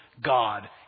God